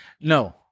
No